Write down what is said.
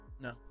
No